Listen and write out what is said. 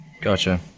Gotcha